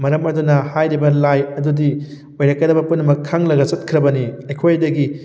ꯃꯔꯝ ꯑꯗꯨꯅ ꯍꯥꯏꯔꯤꯕ ꯂꯥꯏ ꯑꯗꯨꯗꯤ ꯑꯣꯏꯔꯛꯀꯗꯕ ꯄꯨꯝꯅꯃꯛ ꯈꯪꯂꯒ ꯆꯠꯈ꯭ꯔꯕꯅꯤ ꯑꯩꯈꯣꯏꯗꯒꯤ